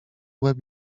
łeb